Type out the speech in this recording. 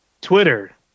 Twitter